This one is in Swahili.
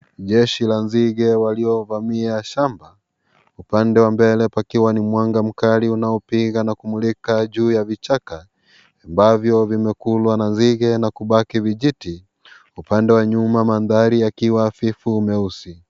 Jeshi la nzige waliovamia shamba upande wa mbele pakiwa ni mwanga mkali unaopiga na kumulika juu ya vichaka ambavyo vimekulwa na nzige na kubaki vijiiti. Upande wa nyuma mandhari yakiwa hafifu meusi.